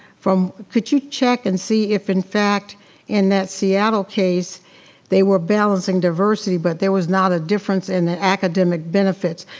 could you check and see if in fact in that seattle case they were balancing diversity but there was not a difference in the academic benefits?